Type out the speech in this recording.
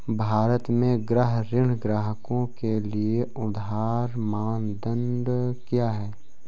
भारत में गृह ऋण ग्राहकों के लिए उधार मानदंड क्या है?